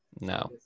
No